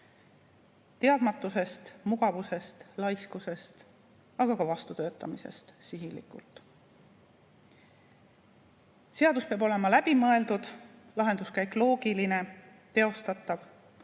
Teadmatusest, mugavusest, laiskusest, aga ka vastutöötamisest, sihilikult. Seadus peab olema läbi mõeldud, lahenduskäik loogiline, teostatav,